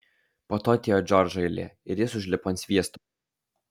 po to atėjo džordžo eilė ir jis užlipo ant sviesto